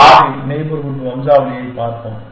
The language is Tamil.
மாறி நெய்பர்ஹூட் வம்சாவளியைப் பார்ப்போம்